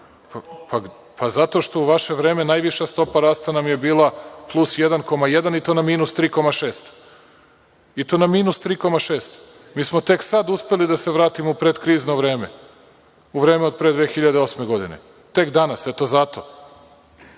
što nam je u vaše vreme najviša stopa rasta bila plus 1,1 i to na minus 3,6, i to na minus 3,6. Mi smo tek sad uspeli da se vratimo predkrizno vreme, u vreme pre 2008. godine, tek danas, eto